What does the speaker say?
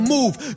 Move